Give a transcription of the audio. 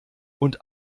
und